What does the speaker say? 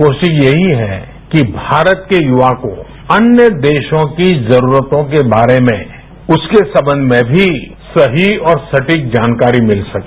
कोशिश यही है कि भारत के युवा को अन्य देशों की जरूरतों के बारे में उसके संबंध में भी सही और सटीक जानकारी मिल सके